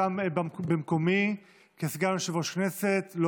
ליושב-ראש בדיון הזה בפועל: תראה מה שקורה,